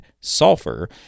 sulfur